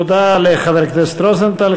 תודה לחבר הכנסת רוזנטל.